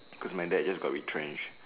cause my dad just got retrenched